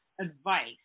advice